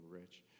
Rich